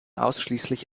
ausschließlich